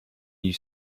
you